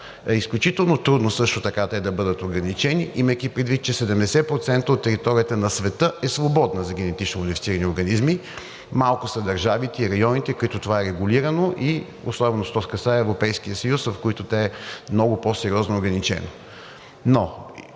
изключително трудно също така те да бъдат ограничени, имайки предвид, че 70% от територията на света е свободна за генетично модифицирани организми. Малко са държавите и районите, в които това е регулирано, особено що се касае до Европейския съюз, където е много по-сериозно ограничено.